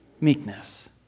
meekness